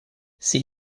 ces